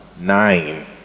Nine